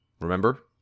Remember